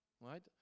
right